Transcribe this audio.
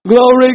glory